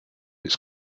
its